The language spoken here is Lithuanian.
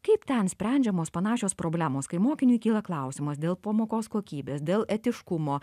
kaip ten sprendžiamos panašios problemos kai mokiniui kyla klausimas dėl pamokos kokybės dėl etiškumo